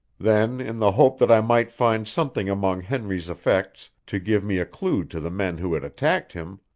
then, in the hope that i might find something among henry's effects to give me a clue to the men who had attacked him,